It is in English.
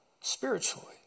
spiritually